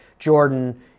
jordan